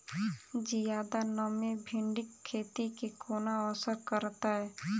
जियादा नमी भिंडीक खेती केँ कोना असर करतै?